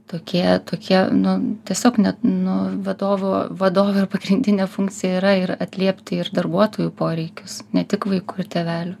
tokie tokie nu tiesiog ne nuo vadovo vadovo yra pagrindinė funkcija yra ir atliepti ir darbuotojų poreikius ne tik vaikų ir tėvelių